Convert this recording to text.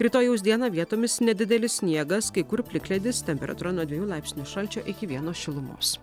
rytojaus dieną vietomis nedidelis sniegas kai kur plikledis temperatūra nuo dviejų laipsnių šalčio iki vieno šilumos